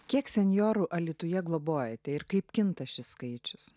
kiek senjorų alytuje globojate ir kaip kinta šis skaičius